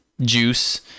juice